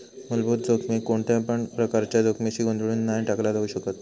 मुलभूत जोखमीक कोणत्यापण प्रकारच्या जोखमीशी गोंधळुन नाय टाकला जाउ शकत